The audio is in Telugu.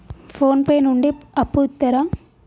ఫోన్ పే నుండి అప్పు ఇత్తరా?